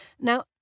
Now